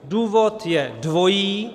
Důvod je dvojí.